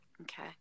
okay